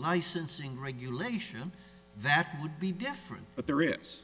licensing regulation that would be different but there is